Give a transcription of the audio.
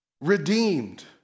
redeemed